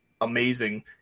amazing